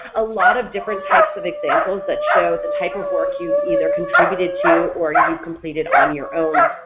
a lot of different types of examples that show the type of work you've either contributed to or you completed on your own.